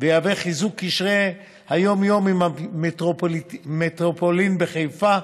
ויהווה חיזוק קשרי היום-יום עם המטרופולין בחיפה,